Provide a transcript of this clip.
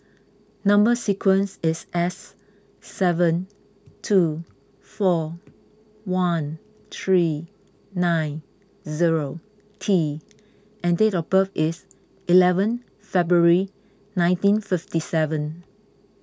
Number Sequence is S seven two four one three nine zero T and date of birth is eleventh February nineteen fifty seven